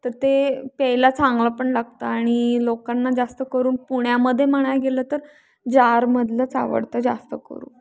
तर ते प्यायला चांगलं पण लागतं आणि लोकांना जास्त करून पुण्यामध्ये म्हणाय गेलं तर जारमधलंच आवडतं जास्त करून